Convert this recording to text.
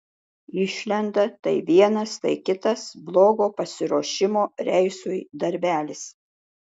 išlenda tai vienas tai kitas blogo pasiruošimo reisui darbelis